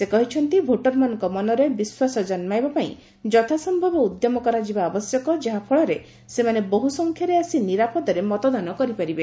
ସେ କହିଛନ୍ତି ଭୋଟରମାନଙ୍କ ମନରେ ବିଶ୍ୱାସ କନ୍କାଇବା ପାଇଁ ଯଥା ସମ୍ଭବ ଉଦ୍ୟମ କରାଯିବା ଆବଶ୍ୟକ ଯାହା ଫଳରେ ସେମାନେ ବହୁସଂଖ୍ୟାରେ ଆସି ନିରାପଦରେ ମତଦାନ କରିପାରିବେ